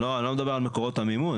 אני לא מדבר על מקורות המימון,